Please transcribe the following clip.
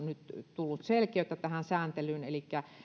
nyt on tullut selkeyttä tähän sääntelyyn elikkä